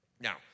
Now